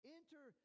Enter